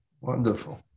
Wonderful